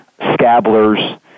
scabblers